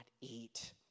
eat